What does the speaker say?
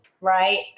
right